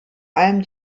allem